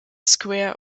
square